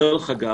דרך אגב,